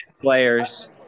players